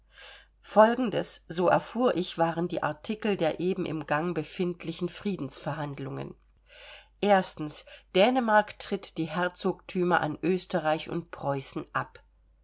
folgendes so erfuhr ich waren die artikel der eben im gang befindlichen friedensverhandlungen dänemark tritt die herzogtümer an österreich und preußen ab